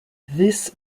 this